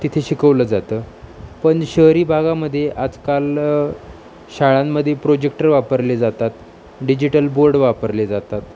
तिथे शिकवलं जातं पण शहरी भागामध्ये आजकाल शाळांमध्ये प्रोजेक्टर वापरले जातात डिजिटल बोर्ड वापरले जातात